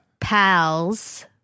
pals